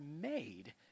made